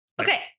Okay